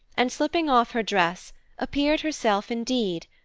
and slipping off her dress appeared herself indeed,